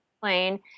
plane